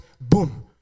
boom